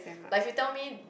like if you tell me